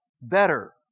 better